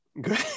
good